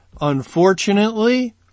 unfortunately